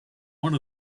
one